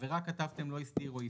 בעבירה כתבתם 'לא הסדיר או הפעיל',